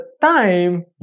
time